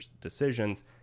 decisions